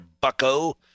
bucko